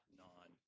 non